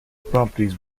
properties